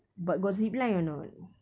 but got zipline or not